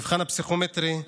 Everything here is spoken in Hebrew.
המבחן הפסיכומטרי,